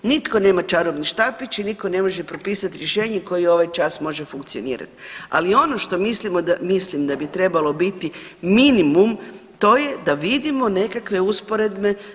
Nitko nema čarobni štapić i niko ne može propisat rješenja koje ovaj čas može funkcionirati, ali ono što mislim da bi trebalo biti minimum, to je da vidim nekakve usporedne.